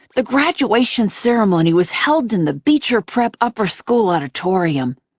the graduation ceremony was held in the beecher prep upper school auditorium.